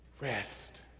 Rest